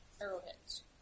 arrowheads